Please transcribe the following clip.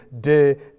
day